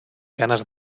ganes